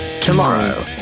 tomorrow